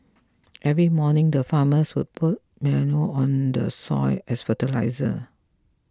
every morning the farmers would put manure on the soil as fertiliser